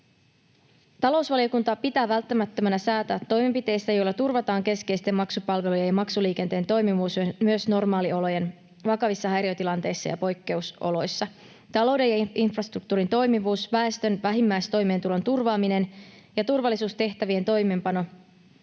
Talousvaliokunta pitää välttämättömänä säätää toimenpiteistä, joilla turvataan keskeisten maksupalvelujen ja maksuliikenteen toimivuus myös normaaliolojen vakavissa häiriötilanteissa ja poikkeusoloissa. Talouden ja infrastruktuurin toimivuus, väestön vähimmäistoimeentulon turvaaminen ja turvallisuustehtävien toimeenpano